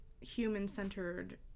human-centered